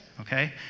okay